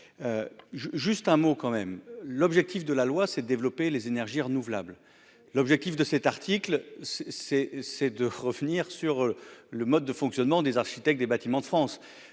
juste un mot quand même l'objectif de la loi, c'est de développer les énergies renouvelables, l'objectif de cet article, c'est, c'est c'est de revenir sur le mode de fonctionnement des architectes des Bâtiments de France